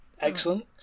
Excellent